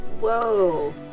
Whoa